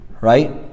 Right